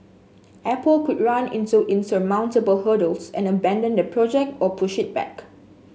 Apple could run into insurmountable hurdles and abandon the project or push it back